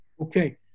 Okay